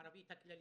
הערבית הכללית,